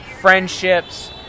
friendships